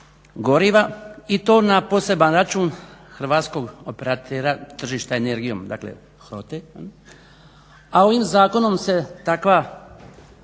i to na poseban račun Hrvatskog operatera tržišta energijom, dakle HOTE. A ovim zakonom se takva